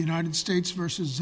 united states versus